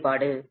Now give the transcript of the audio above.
மாணவர் சார்